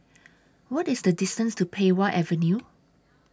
What IS The distance to Pei Wah Avenue